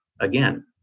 again